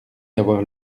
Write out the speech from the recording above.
d’avoir